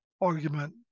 argument